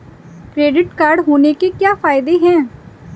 Credit card होने के क्या फायदे हैं?